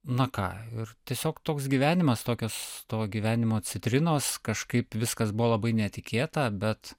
na ką ir tiesiog toks gyvenimas tokios to gyvenimo citrinos kažkaip viskas buvo labai netikėta bet